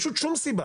פשוט שום סיבה,